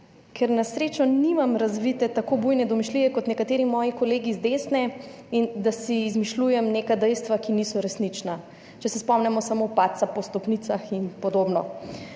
ker na srečo nimam razvite tako bujne domišljije kot nekateri moji kolegi z desne in da si izmišljujem neka dejstva, ki niso resnična. Če se spomnimo samo padca po stopnicah, in podobno.